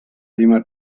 clima